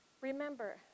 Remember